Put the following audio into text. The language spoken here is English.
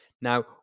Now